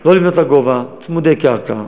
לא לבנות לגובה, צמודי קרקע,